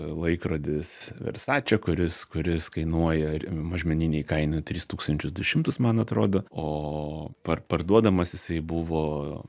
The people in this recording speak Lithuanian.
laikrodis versačio kuris kuris kainuoja ir mažmeninėj kainoj tris tūkstančius du šimtus man atrodo o par parduodamas jisai buvo